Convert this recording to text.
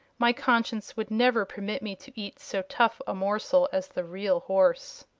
my conscience would never permit me to eat so tough a morsel as the real horse.